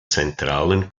zentralen